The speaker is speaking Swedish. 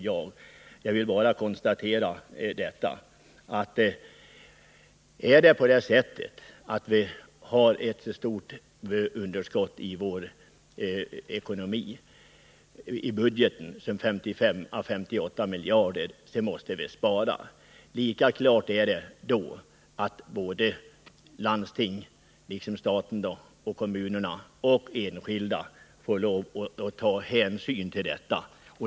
Jag vill bara konstatera att har vi ett stort underskott i vår budget — 55 å 58 miljarder — så måste vi spara. Lika klart är det att landstingen, staten och kommunerna samt enskilda får lov att ta hänsyn till detta.